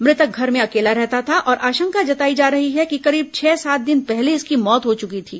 मृतक घर में अकेला रहता था और आशंका जताई जा रही है कि करीब छह सात दिन पहले इसेकी मौत हो चुकी थी